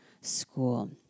school